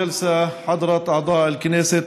(אומר ערבית: אדוני יושב-ראש הכנסת,